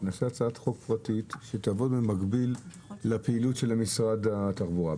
שנעשה הצעת חוק פרטית שתבוא במקביל לפעילות של משרד התחבורה.